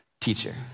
teacher